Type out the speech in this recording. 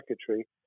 secretary